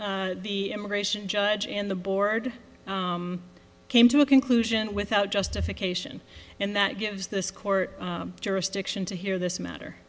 the immigration judge and the board came to a conclusion without justification and that gives this court jurisdiction to hear this matter